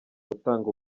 gutanga